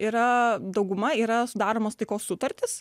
yra dauguma yra sudaromos taikos sutartys